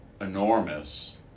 enormous